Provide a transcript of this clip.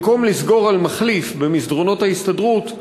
במקום לסגור על מחליף במסדרונות ההסתדרות,